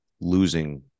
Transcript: losing